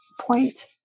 point